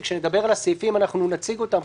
כשנדבר על הסעיפים אנחנו נציג אותם,